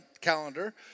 calendar